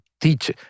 teach